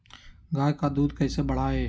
गाय का दूध कैसे बढ़ाये?